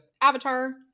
Avatar